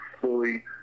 fully